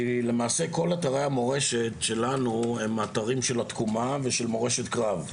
כי למעשה כל אתרי המורשת שלנו הם אתרים של התקומה ושל מורשת קרב.